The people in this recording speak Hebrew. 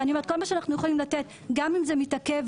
וכל מה שאנחנו יכולים לתת גם אם זה מתעכב,